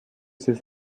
ces